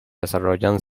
desarrollan